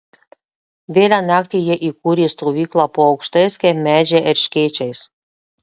vėlią naktį jie įkūrė stovyklą po aukštais kaip medžiai erškėčiais